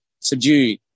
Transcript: subdue